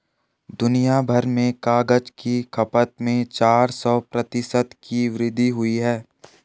दुनियाभर में कागज की खपत में चार सौ प्रतिशत की वृद्धि हुई है